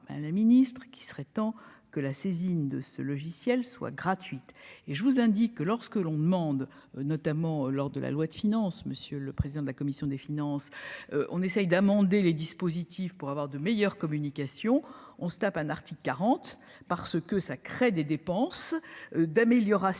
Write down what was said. pas, ben la Ministre qu'il serait temps que la saisine de ce logiciel soit gratuite et je vous indique que lorsque l'on demande notamment lors de la loi de finances, monsieur le président de la commission des finances, on essaye d'amender les dispositifs pour avoir de meilleures communications on se tape un article quarante parce que ça crée des dépenses d'amélioration